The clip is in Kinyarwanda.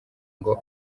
ngo